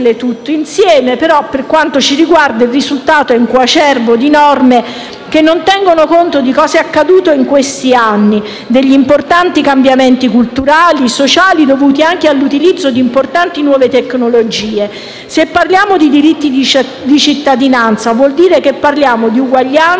insieme. Tuttavia, per quanto ci riguarda, il risultato è un coacervo di norme che non tengono conto di cosa è accaduto negli ultimi anni e degli importanti cambiamenti culturali e sociali dovuti anche all'utilizzo di importanti nuove tecnologie. Se parliamo di diritti di cittadinanza, vuol dire che parliamo di uguaglianza,